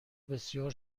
بسیار